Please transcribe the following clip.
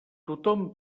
tothom